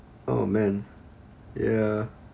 oh man ya